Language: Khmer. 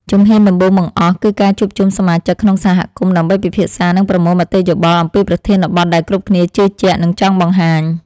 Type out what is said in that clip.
ជំហានដំបូងបង្អស់ គឺការជួបជុំសមាជិកក្នុងសហគមន៍ដើម្បីពិភាក្សា និងប្រមូលមតិយោបល់អំពីប្រធានបទដែលគ្រប់គ្នាជឿជាក់ និងចង់បង្ហាញ។